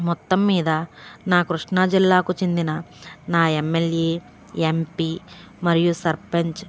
మొత్తం మీద నా కృష్ణా జిల్లాకు చెందిన నా ఎమ్మెల్యే ఎంపీ మరియు సర్పంచ్